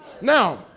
Now